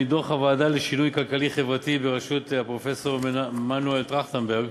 מדוח הוועדה לשינוי כלכלי-חברתי בראשות הפרופסור מנואל טרכטנברג,